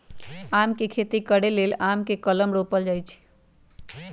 आम के खेती करे लेल आम के कलम रोपल जाइ छइ